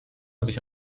sich